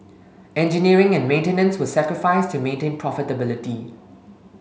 engineering and maintenance were sacrificed to maintain profitability